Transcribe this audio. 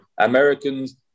Americans